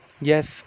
yes